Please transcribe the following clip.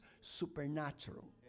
supernatural